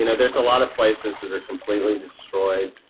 you know there's a lot of places that are completely destroyed,